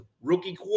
rookie